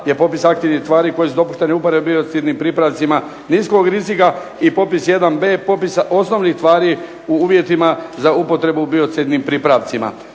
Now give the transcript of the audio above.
je popis aktivnih tvari koje su dopuštene uporabe biocidnim pripravcima niskog rizika i popis 1b popisa osnovnih tvari u uvjetima za upotrebu u biocidnim pripravcima.